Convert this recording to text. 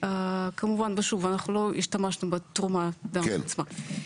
כמובן ושוב אנחנו לא השתמשנו בתרומת הדם עצמה.